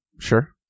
Sure